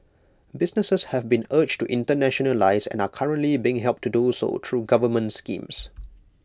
businesses have been urged to internationalise and are currently being helped to do so through government schemes